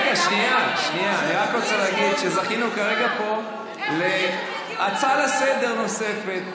רק רוצה להגיד שזכינו כרגע פה להצעה לסדר-היום נוספת.